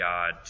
God